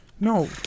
No